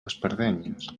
espardenyes